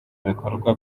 bikorwa